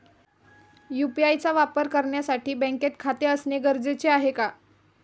UPI चा वापर करण्यासाठी बँकेत खाते असणे गरजेचे आहे का?